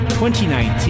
2019